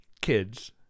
kids